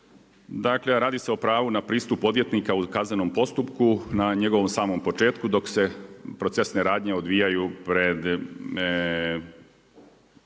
dakle radi se o pravu na pristupu odvjetnika u kaznenom postupku na njegovom samom početku dok se procesne radnje odvijaju pred